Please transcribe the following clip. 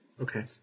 Okay